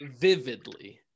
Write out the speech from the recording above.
vividly